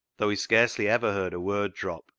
though he scarcely ever heard a word drop,